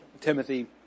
Timothy